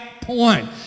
point